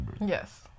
Yes